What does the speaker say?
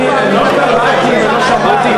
פשוט לא קראת בשבת.